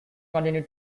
continued